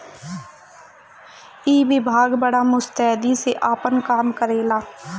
ई विभाग बड़ा मुस्तैदी से आपन काम करेला